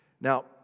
Now